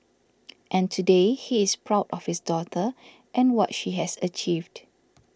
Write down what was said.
and today he is proud of his daughter and what she has achieved